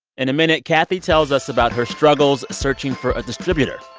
in a minute, kathy tells us about her struggles searching for a distributor.